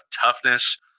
toughness